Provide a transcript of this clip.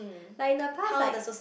like in the past like